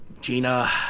Gina